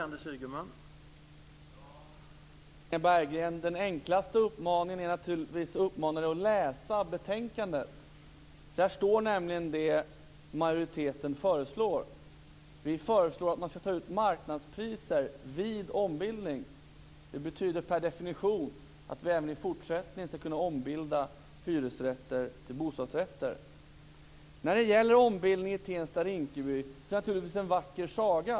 Herr talman! Det enklaste är naturligtvis att uppmana Inga Berggren att läsa betänkandet. Där står nämligen det majoriteten föreslår. Vi föreslår att man skall ta ut marknadspriser vid ombildning. Det betyder per definition att vi även i fortsättningen skall kunna ombilda hyresrätter till bostadsrätter. När det gäller ombildning i Tensta och Rinkeby är det naturligtvis en vacker saga.